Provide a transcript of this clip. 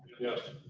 yes.